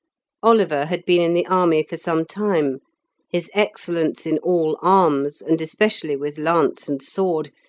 oliver had been in the army for some time his excellence in all arms, and especially with lance and sword,